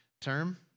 term